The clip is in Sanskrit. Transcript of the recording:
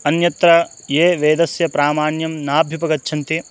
अन्यत्र ये वेदस्य प्रामान्यं नाभ्युपगच्छन्ति